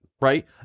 Right